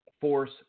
Force